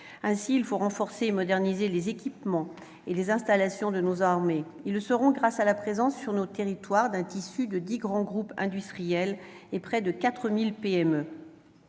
Ainsi, il faut renforcer et moderniser les équipements et les installations de nos armées. Cela sera réalisable grâce à la présence sur nos territoires d'un tissu de dix grands groupes industriels et de près de 4 000 PME.